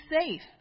safe